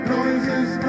Noises